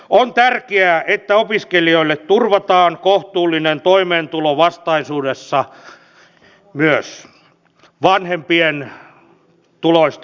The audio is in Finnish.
on tärkeää että opiskelijoille turvataan kohtuullinen toimeentulo myös vastaisuudessa vanhempien tuloista riippumatta